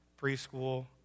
preschool